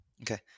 okay